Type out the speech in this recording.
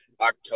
October